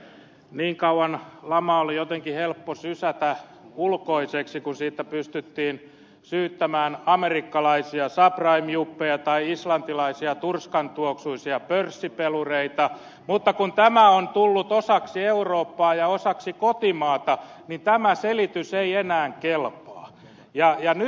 niin kauan lama oli jotenkin helppo sysätä ulkoiseksi kuin siitä pystyttiin syyttämään amerikkalaisia subprime juppeja tai islantilaisia turskan tuoksuisia pörssipelureita mutta kun tämä on tullut osaksi eurooppaa ja osaksi kotimaata niin tämä selitys ei enää kelpaa